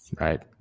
Right